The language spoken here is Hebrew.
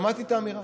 שמעתי את האמירה.